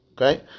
Okay